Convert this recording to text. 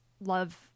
love